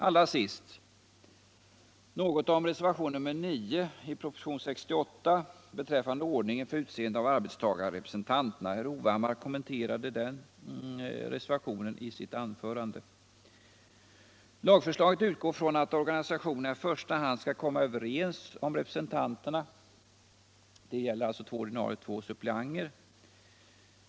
Allra sist, herr talman, något om reservationen 9 i betänkandet nr 68 beträffande ordning för utseende av arbetstagarrepresentanter. Herr Hovhammar kommenterade den reservationen i sitt anförande. Lagförslaget utgår från att organisationerna i första hand skall komma överens om representanterna, två ordinarie plus två suppleanter.